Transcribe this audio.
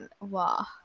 Wow